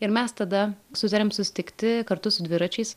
ir mes tada sutarėm susitikti kartu su dviračiais